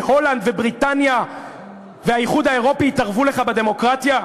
שהולנד ובריטניה והאיחוד האירופי יתערבו לך בדמוקרטיה?